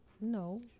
No